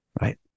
Right